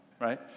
right